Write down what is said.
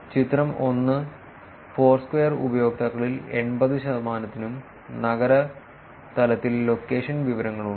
ചിത്രം 1 ഫോഴ്സ്ക്വയർ ഉപയോക്താക്കളിൽ 80 ശതമാനത്തിനും നഗര തലത്തിൽ ലൊക്കേഷൻ വിവരങ്ങൾ ഉണ്ട്